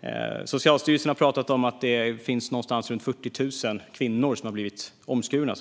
Enligt Socialstyrelsen finns det runt 40 000 kvinnor i Sverige som har blivit omskurna.